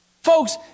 Folks